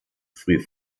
früh